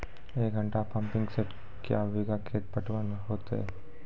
एक घंटा pumping set क्या बीघा खेत पटवन है तो?